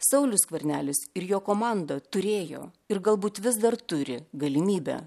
saulius skvernelis ir jo komanda turėjo ir galbūt vis dar turi galimybę